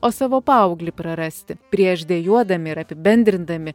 o savo paauglį prarasti prieš dejuodami ir apibendrindami